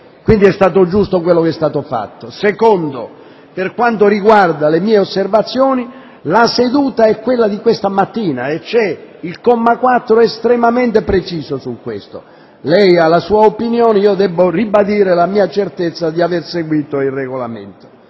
quindi è stato giusto quanto fatto. Per quanto riguarda le mie osservazioni, la seduta è quella di questa mattina. Il comma quattro è estremamente preciso su questo. Lei ha la sua opinione ma io debbo ribadire la mia certezza di aver seguito il Regolamento.